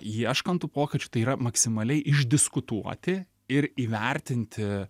ieškant tų pokyčių tai yra maksimaliai išdiskutuoti ir įvertinti